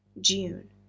June